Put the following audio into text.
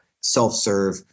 self-serve